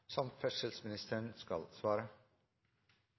Vi skal svare